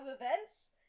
events